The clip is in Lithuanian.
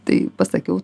tai pasakiau